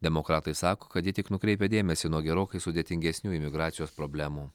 demokratai sako kad ji tik nukreipia dėmesį nuo gerokai sudėtingesnių imigracijos problemų